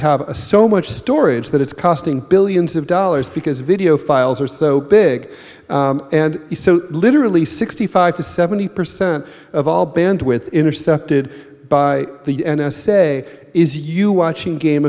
have a so much storage that it's costing billions of dollars because video files are so big and so literally sixty five to seventy percent of all bandwidth intercepted by the n s a is you watching game